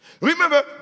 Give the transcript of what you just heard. Remember